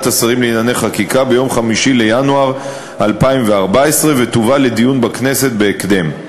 השרים לענייני חקיקה ביום 5 בינואר 2014 ותובא לדיון בכנסת בהקדם.